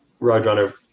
Roadrunner